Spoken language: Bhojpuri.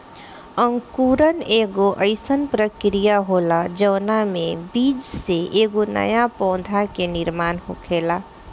अंकुरण एगो आइसन प्रक्रिया होला जवना में बीज से एगो नया पौधा के निर्माण होखेला